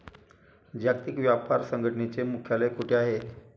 जागतिक व्यापार संघटनेचे मुख्यालय कुठे आहे?